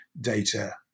data